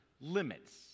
limits